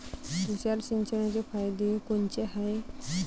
तुषार सिंचनाचे फायदे कोनचे हाये?